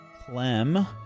Clem